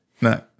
No